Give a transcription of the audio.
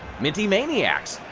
minty maniacs,